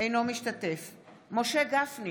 אינו משתתף בהצבעה משה גפני,